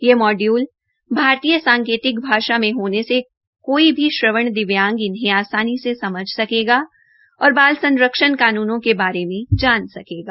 ये मॉड्यूल भारतीय भाषा मे होने से कोई भी श्रवण दिव्यांग इन्हें आसानी से समझ सकेगा और बाल संरक्षण कानूनों के बारे मे जा सकेंगा